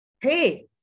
Hey